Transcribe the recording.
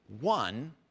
One